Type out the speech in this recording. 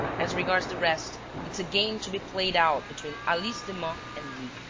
as regards the rest, it's a game to be played out between alice demun and me.